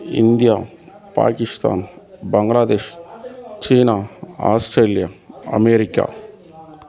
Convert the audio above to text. India Pakistan Bangladesh சீனா Australia America